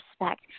respect